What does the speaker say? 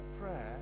prayer